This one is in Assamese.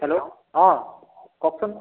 হেল্ল' অঁ কওকচোন